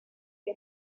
que